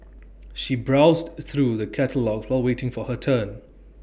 she browsed through the catalogues while waiting for her turn